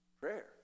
prayer